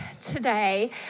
today